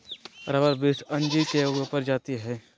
rubber वृक्ष अंजीर के एगो प्रजाति हइ